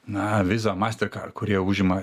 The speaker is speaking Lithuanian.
na visa mastercard kurie užima ten